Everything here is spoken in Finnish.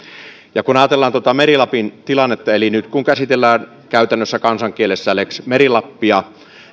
tehneet kun ajatellaan tuota meri lapin tilannetta eli nyt kun käsitellään käytännössä kansankielellä lex meri lappia